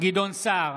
גדעון סער,